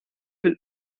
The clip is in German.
will